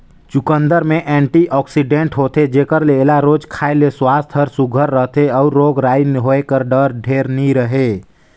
चुकंदर में एंटीआक्सीडेंट होथे जेकर ले एला रोज खाए ले सुवास्थ हर सुग्घर रहथे अउ रोग राई होए कर ढेर डर नी रहें